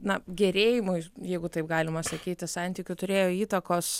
na gerėjimui jeigu taip galima sakyti santykių turėjo įtakos